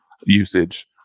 usage